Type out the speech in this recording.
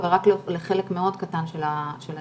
אבל רק לחלק מאוד קטן של הילדים,